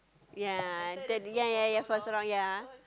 ya then ya ya for so long ya